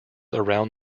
around